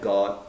God